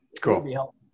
Cool